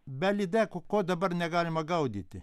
be lydekų ko dabar negalima gaudyti